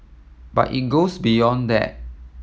but it goes beyond that